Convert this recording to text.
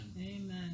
Amen